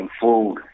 food